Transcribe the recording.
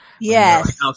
Yes